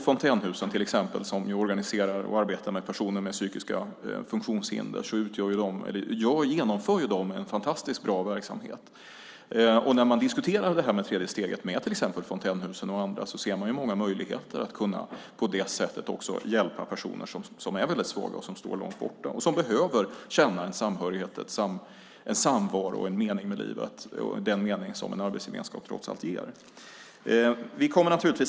Fontänhusen som ju organiserar och arbetar med personer med psykiska funktionshinder genomför en fantastiskt bra verksamhet. När vi diskuterar det tredje steget med till exempel Fontänhusen och andra ser man många möjligheter att på det sättet också kunna hjälpa personer som är väldigt svaga, som står långt borta och som behöver känna en samvaro och den mening med livet som en arbetsgemenskap trots allt ger.